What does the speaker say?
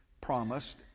promised